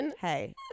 Hey